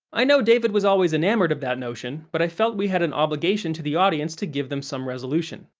i know david was always enamored of that notion, but i felt we had an obligation to the audience to give them some resolution.